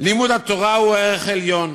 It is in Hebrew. לימוד התורה הוא ערך עליון,